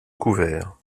couverts